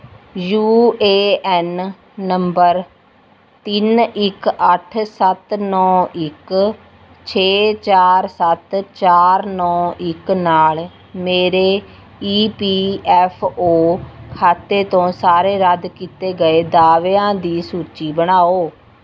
you A N number ਤਿੰਨ ਇੱਕ ਅੱਠ ਸੱਤ ਨੌਂ ਇੱਕ ਛੇ ਚਾਰ ਸੱਤ ਚਾਰ ਨੌਂ ਇੱਕ ਨਾਲ ਮੇਰੇ ਈ ਪੀ ਐੱਫ ਓ ਖਾਤੇ ਤੋਂ ਸਾਰੇ ਰੱਦ ਕੀਤੇ ਗਏ ਦਾਅਵਿਆਂ ਦੀ ਸੂਚੀ ਬਣਾਓ